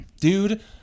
Dude